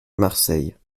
marseille